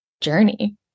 journey